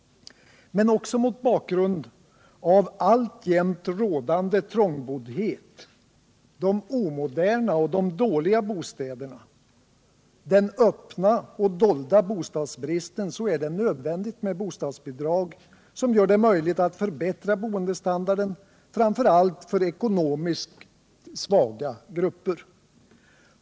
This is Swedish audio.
Men också mot bakgrund av alltjämt rådande trångboddhet, de omoderna och dåliga bostäderna, den öppna och dolda bostadsbristen är det nödvändigt med bostadsbidrag, som gör det möjligt att förbättra boendestandarden, framför allt för ekonomiskt svaga grupper.